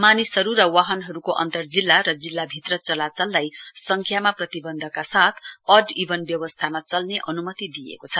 मानिसहरू र वाहनहरूको अन्तर्जिल्ला र जिल्लाभित्र चलाचललाई संङ्ख्यामा प्रतिबन्धका साथ अड इभन व्यवस्थामा चल्ने अनुमति दिइएको छ